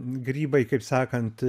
grybai kaip sakant